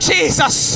Jesus